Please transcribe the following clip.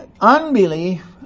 unbelief